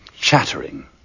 chattering